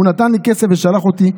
הוא נתן לי כסף ושלח אותי.